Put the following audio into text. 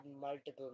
multiple